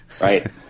right